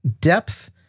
depth